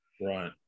right